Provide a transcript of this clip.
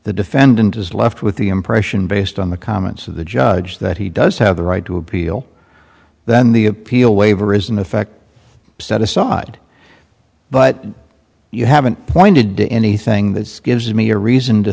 the defendant is left with the impression based on the comments of the judge that he does have the right to appeal then the appeal waiver is in effect set aside but you haven't pointed to anything that gives me a reason to